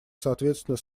соответственно